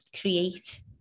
create